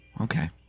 okay